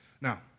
Now